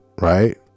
right